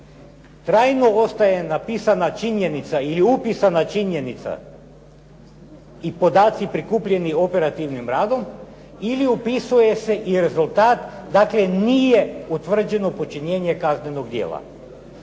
trajno ostaje napisana činjenica ili upisana činjenica i podaci prikupljeni operativnim radom ili upisuje se i rezultat, dakle nije utvrđeno počinjenje kaznenog djela?